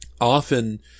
Often